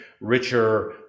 richer